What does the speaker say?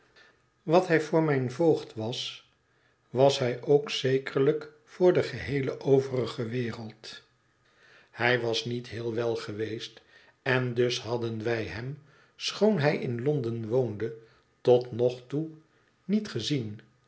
wat hij voor mijn voogd was was hij ook zekerlijk voor de geheele overige wereld hij was niet heel wel geweest en dus hadden wij hem schoon hij in londen woonde tot nog toe niet gezien